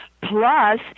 plus